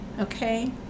okay